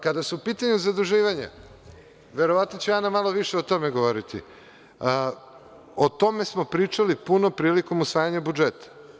Kada su u pitanju zaduživanja, verovatno će Ana malo više o tome govoriti, o tome smo pričali puno prilikom usvajanja budžeta.